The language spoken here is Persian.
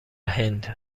هند